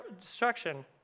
Destruction